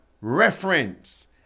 reference